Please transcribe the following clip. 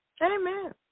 Amen